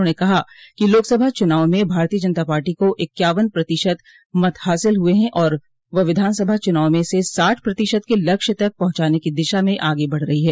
उन्होंने कहा कि लोकसभा चुनाव में भारतीय जनता पार्टी को इक्यावन प्रतिशत मत हासिल हुए हैं और वह विधान सभा चुनाव में इसे साठ प्रतिशत के लक्ष्य तक पहुंचाने की दिशा में आगे बढ़ रही है